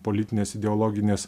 politinės ideologinės